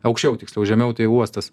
aukščiau tiksliau žemiau tai uostas